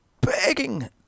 begging